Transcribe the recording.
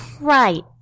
Right